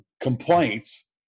complaints